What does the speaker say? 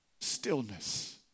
stillness